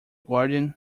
guardian